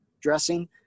dressing